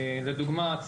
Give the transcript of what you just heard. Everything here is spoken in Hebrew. לדוגמא,